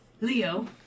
Leo